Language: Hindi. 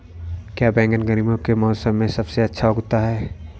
क्या बैगन गर्मियों के मौसम में सबसे अच्छा उगता है?